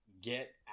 get